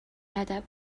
ادب